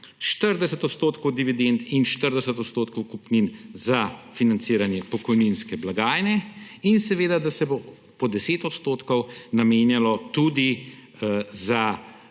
40 % dividend in 40 % kupnin za financiranje pokojninske blagajne in seveda, da se bo po 10 % namenjalo tudi za